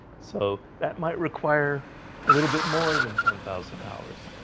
so that might require a little bit more than ten thousand hours.